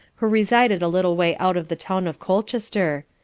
who resided a little way out of the town of colchester,